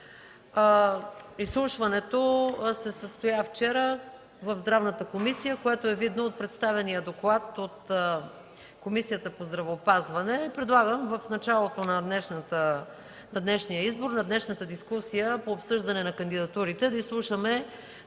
Изслушването се състоя вчера в Здравната комисия, което е видно от представения доклад от Комисията по здравеопазване. Предлагам в началото на днешния избор, на днешната дискусия по обсъждане на кандидатурите, да изслушаме